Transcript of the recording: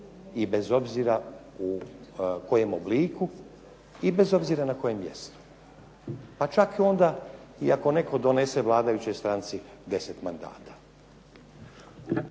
i bez obzira u kojem obliku i bez obzira na kojem mjestu pa čak onda i ako netko donese vladajućoj stranci 10 mandata.